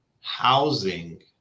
housing